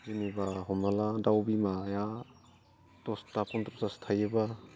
जेनेबा हमना ला दाउ बिमाया दसता पन्द्र'तासो थायोबा